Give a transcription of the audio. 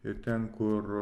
ir ten kur